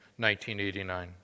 1989